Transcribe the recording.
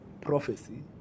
prophecy